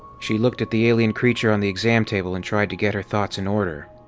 she looked at the alien creature on the exam table and tried to get her thoughts in order.